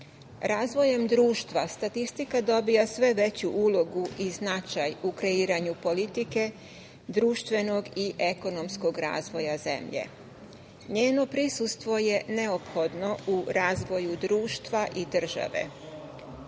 uprave. Razvojem društva statistika dobija sve veću ulogu i značaj u kreiranju politike, društvenog i ekonomskog razvoja zemlje. Njeno prisustvo je neophodno u razvoju društva i države.